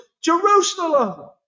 Jerusalem